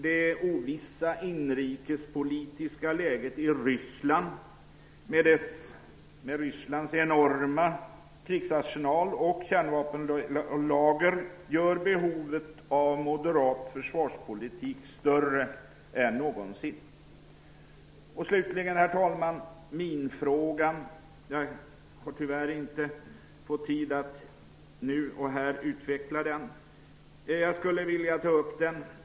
Det ovissa inrikespolitiska läget i Ryssland med dess enorma krigsarsenal och kärnvapenlager gör behovet av moderat försvarspolitik större än någonsin. Jag skulle också vilja ta upp minfrågan, men jag har tyvärr inte tid att göra det.